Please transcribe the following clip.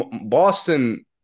Boston